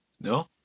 No